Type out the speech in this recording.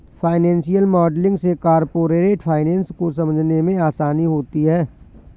financial modelling से corporate finance को समझने में आसानी होती है